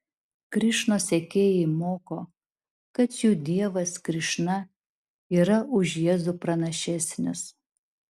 krišnos sekėjai moko kad jų dievas krišna yra už jėzų pranašesnis